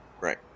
Right